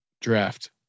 Draft